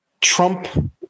Trump